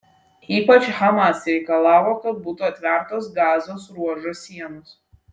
ypač hamas reikalavo kad būtų atvertos gazos ruožo sienos